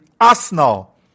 Arsenal